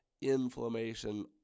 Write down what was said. inflammation